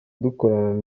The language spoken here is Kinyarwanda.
dukorana